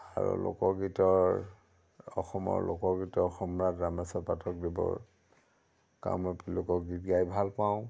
আৰু লোকগীতৰ অসমৰ লোকগীতৰ সম্ৰাট ৰামেশ্বৰ পাঠক দেৱৰ কামৰূপ লোকগীত গাই ভাল পাওঁ